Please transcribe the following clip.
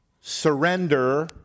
surrender